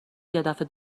یدفعه